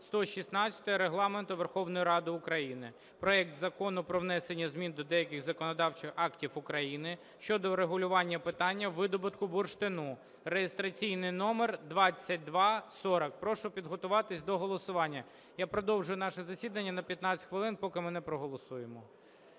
116 Регламенту Верховної Ради України проект Закону про внесення змін до деяких законодавчих актів України щодо урегулювання питання видобутку бурштину (реєстраційний номер 2240). Прошу підготуватися до голосування. Я продовжую наше засідання на 15 хвилин, поки ми не проголосуємо.